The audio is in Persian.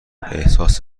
احساس